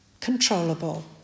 controllable